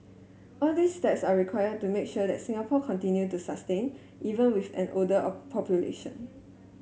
all these steps are required to make sure that Singapore continue to sustain even with an older population